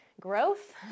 Growth